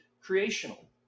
creational